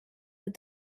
but